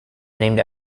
named